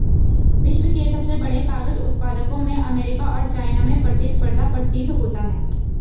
विश्व के सबसे बड़े कागज उत्पादकों में अमेरिका और चाइना में प्रतिस्पर्धा प्रतीत होता है